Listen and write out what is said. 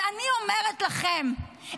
ואני אומרת לכם,